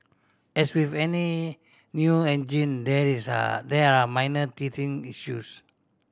as with any new engine there it is are there are minor teething issues